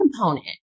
component